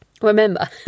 Remember